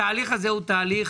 התהליך הזה הוא תהליך